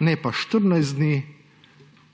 Ne pa 14 dni,